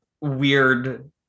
weird